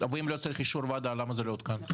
אם לא צריך את אישור הוועדה למה זה לא הותקן?